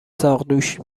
ساقدوش